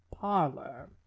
parlor